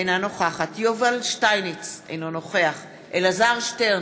אינה נוכחת יובל שטייניץ, אינו נוכח אלעזר שטרן,